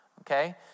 okay